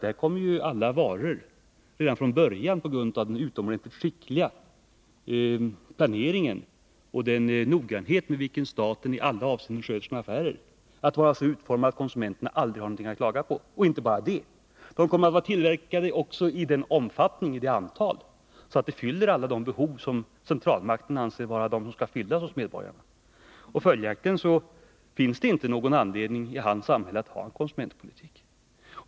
Där kommer ju alla varor redan från början — på grund av den utomordentligt skickliga planeringen och den noggrannhet med vilken staten i alla avseenden sköter sina affärer — att vara så utformade att konsumenterna aldrig har något att klaga på. Och inte bara det: varorna kommer också att tillverkas i sådan omfattning att de fyller alla de behov som centralmakten anser vara de som skall fyllas hos medborgarna. Följaktligen finns det inte i Jörn Svenssons samhälle någon anledning att ha någon konsumentpolitik.